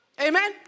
Amen